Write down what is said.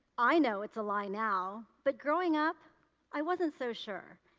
i know it is a lie now, but growing up i wasn't so sure,